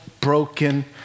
broken